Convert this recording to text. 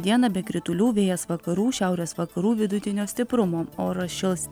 dieną be kritulių vėjas vakarų šiaurės vakarų vidutinio stiprumo oras šils